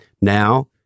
now